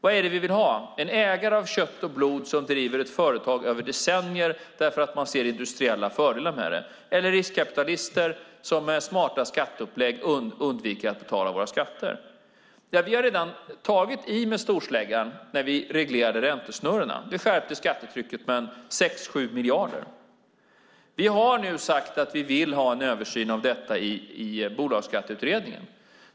Vad är det vi vill ha, en ägare av kött och blod som driver ett företag över decennier för att man ser industriella fördelar med det, eller riskkapitalister som med smarta skatteupplägg undviker att betala skatter? Vi har redan tagit i med storsläggan när vi reglerat räntesnurrorna. Det skärpte skattetrycket med 6-7 miljarder. Vi har nu sagt att vi vill ha en översyn av detta i Bolagsskatteutredningen.